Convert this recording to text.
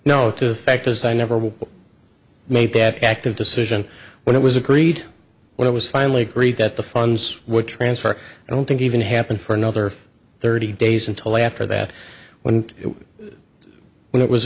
now to factors i never will make that active decision when it was agreed when i was finally agreed that the funds would transfer i don't think even happened for another thirty days until after that went when it was